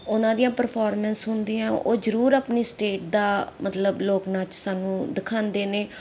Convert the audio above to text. ਉਹਨਾਂ ਦੀਆਂ ਪਰਫੋਰਮੈਂਸ ਹੁੰਦੀਆਂ ਉਹ ਜਰੂਰ ਆਪਣੀ ਸਟੇਟ ਦਾ ਮਤਲਬ ਲੋਕ ਨਾਚ ਸਾਨੂੰ ਦਿਖਾਉਂਦੇ ਨੇ